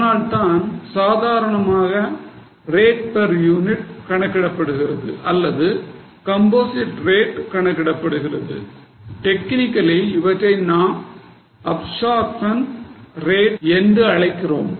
அதனால்தான் சாதாரணமாக rate per unit கணக்கிடப்படுகிறது அல்லது கம்போசிட் ரேட் கணக்கிடப்படுகிறது டெக்னிக்கலி இவற்றை நாம் அப்ஷார்ப்சன் ரேட் என்று அழைக்கிறோம்